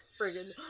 friggin